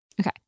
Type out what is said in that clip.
Okay